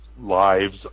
lives